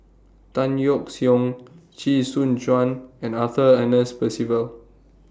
Tan Yeok Seong Chee Soon Juan and Arthur Ernest Percival